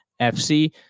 FC